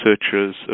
researchers